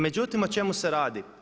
Međutim, o čemu se radi?